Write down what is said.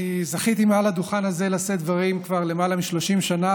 לרשותך שלוש דקות.